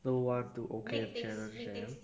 no one to okay challenge them